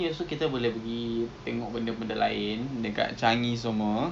makan lah sedap tu I buat cake pakai biscoff